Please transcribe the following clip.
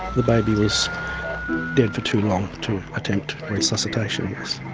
the baby was dead for too long to attempt resuscitation, yes.